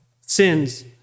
sins